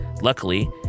Luckily